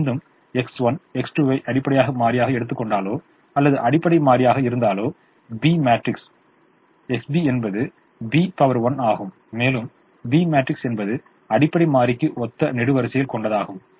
மீண்டும் X1 X2 வை அடிப்படை மாறியாக எடுத்துக்கொண்டாலோ அல்லது அடிப்படை மாறியாக இருந்தாலோ B மேட்ரிக்ஸ் XB என்பது B 1 ஆகும் மேலும் B மேட்ரிக்ஸ் என்பது அடிப்படை மாறிக்கு ஒத்த நெடுவரிசைகள் கொண்டதாகும்